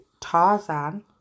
Tarzan